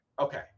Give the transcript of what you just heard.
okay